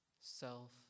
self